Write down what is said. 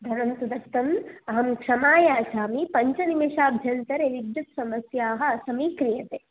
धनं तु दत्तम् अहं क्षमायाचामि पञ्चनिमिषभ्यन्तरे विद्युत् समस्याः समीक्रियते